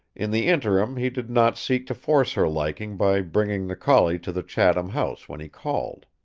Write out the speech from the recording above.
in the interim he did not seek to force her liking by bringing the collie to the chatham house when he called.